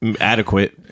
adequate